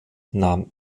nahm